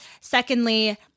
secondly